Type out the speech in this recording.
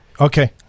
Okay